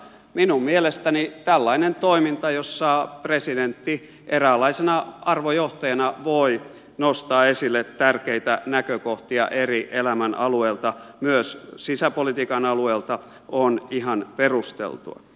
minun mielestäni tällainen toiminta jossa presidentti eräänlaisena arvojohtajana voi nostaa esille tärkeitä näkökohtia eri elämänalueilta myös sisäpolitiikan alueelta on ihan perusteltua